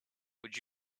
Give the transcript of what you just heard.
would